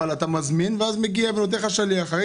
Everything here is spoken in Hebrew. אבל אתה מזמין ואז מגיע שליח ונותן לך.